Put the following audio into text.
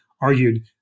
argued